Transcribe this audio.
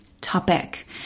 topic